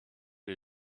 les